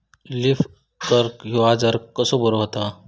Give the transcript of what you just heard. Leaf curl ह्यो आजार कसो बरो व्हता?